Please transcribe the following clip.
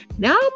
Now